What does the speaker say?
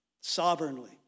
sovereignly